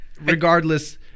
regardless